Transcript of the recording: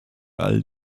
all